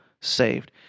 saved